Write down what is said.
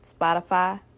Spotify